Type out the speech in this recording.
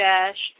Dash